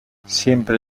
siempre